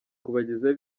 kubagezaho